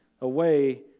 away